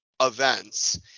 events